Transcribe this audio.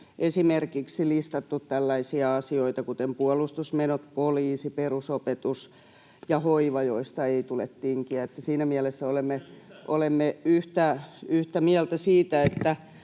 esimerkiksi listattu tällaisia asioita kuten puolustusmenot, poliisi, perusopetus ja hoiva, joista ei tule tinkiä, että siinä mielessä olemme [Ville Kauniston